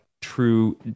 true